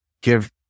give